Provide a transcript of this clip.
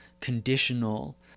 conditional